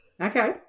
Okay